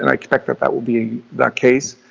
and like expect that that will be that case,